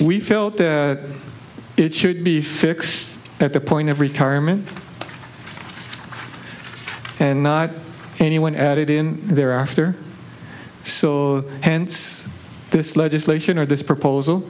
we felt that it should be fixed at the point of retirement and not anyone at it in their after so hence this legislation or this proposal